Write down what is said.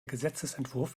gesetzesentwurf